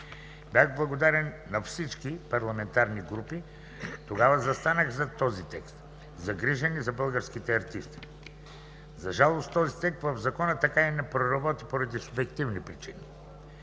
Бях благодарен на всички парламентарни групи. Тогава застанаха зад този текст, загрижени за българските артисти. За жалост, този текст в Закона така и не проработи поради субективни причини.